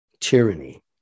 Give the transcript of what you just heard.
tyranny